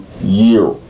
year